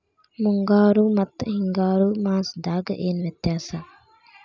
ಮುಂಗಾರು ಮತ್ತ ಹಿಂಗಾರು ಮಾಸದಾಗ ಏನ್ ವ್ಯತ್ಯಾಸ?